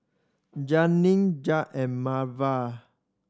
Janeen Ja and Melva